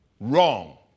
wrong